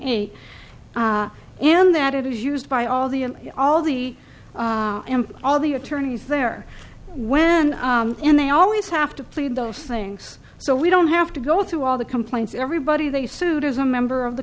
eight and that it is used by all the and all the all the attorneys there when and they always have to plead those things so we don't have to go through all the complaints everybody they sued as a member of the